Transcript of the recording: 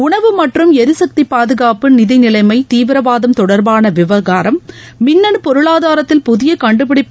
உணவு மற்றும் எரிசக்தி பாதுகாப்பு நிதி நிலைமை தீவிரவாதம் தொடர்பாள விவகாரம் மின்னணு பொருளாதாரத்தில் புதிய கண்டுபிடிப்பு